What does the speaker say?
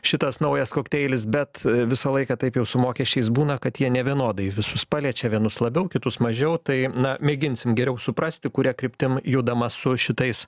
šitas naujas kokteilis bet visą laiką taip jau su mokesčiais būna kad jie nevienodai visus paliečia vienus labiau kitus mažiau tai na mėginsim geriau suprasti kuria kryptim judama su šitais